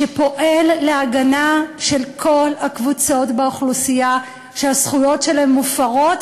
שפועל להגנה על כל הקבוצות באוכלוסייה שהזכויות שלהן מופרות,